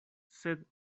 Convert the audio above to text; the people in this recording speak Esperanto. sed